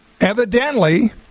evidently